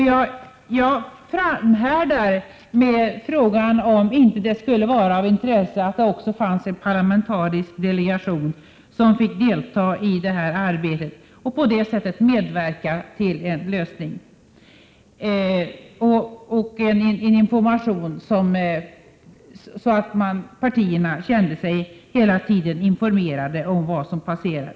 Jag fasthåller vid frågan om det inte skulle vara av intresse att det även fanns en parlamentarisk delegation, som fick delta i det här arbetet och på det sättet kunde medverka till en lösning samt fick sådan information att partierna hela tiden kände sig vara informerade om vad som passerar.